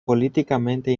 políticamente